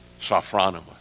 Sophronimus